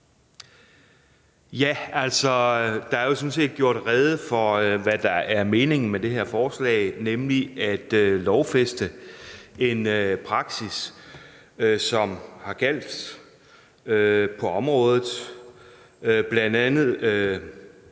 Der er jo sådan set gjort rede for, hvad der er meningen med det her forslag, nemlig at lovfæste en praksis, som har gjaldt på området, bl.a. efter